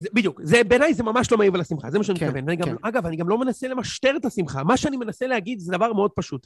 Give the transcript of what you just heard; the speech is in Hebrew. בדיוק, בעיניי זה ממש לא מעיב על השמחה, זה מה שאני מכוון. אגב, אני גם לא מנסה למשטר את השמחה, מה שאני מנסה להגיד זה דבר מאוד פשוט.